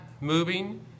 moving